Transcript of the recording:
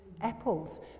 apples